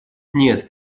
нет